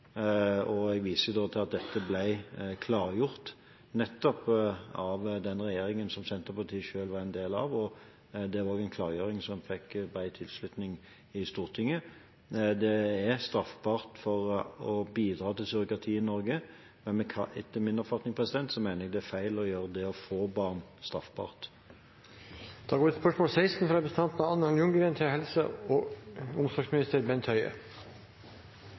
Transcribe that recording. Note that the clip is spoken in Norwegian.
Jeg viser til at dette ble klargjort av nettopp den regjeringen som Senterpartiet selv var en del av, og det var en klargjøring som fikk bred tilslutning i Stortinget. Det er straffbart å bidra til surrogati i Norge, men etter min oppfatning er det feil å gjøre det å få barn straffbart. «Kvinner i Norge har generelt god helse. De regionale helseforetakene rapporterer om økt behov for fødsels- og